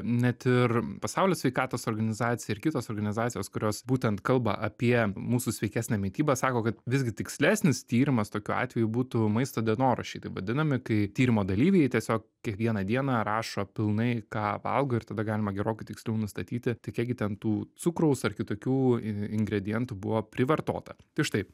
net ir pasaulio sveikatos organizacija ir kitos organizacijos kurios būtent kalba apie mūsų sveikesnę mitybą sako kad visgi tikslesnis tyrimas tokiu atveju būtų maisto dienoraščiai taip vadinami kai tyrimo dalyviai tiesiog kiekvieną dieną rašo pilnai ką valgo ir tada galima gerokai tiksliau nustatyti tai kiek gi ten tų cukraus ar kitokių ingredientų buvo privartota tai štai